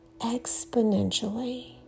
exponentially